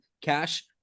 cash